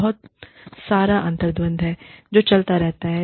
बहुत सारा अंतर्द्वंद है जो चलता रहता है